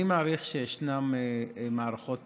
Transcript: אני מעריך שישנן מערכות